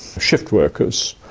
shift workers,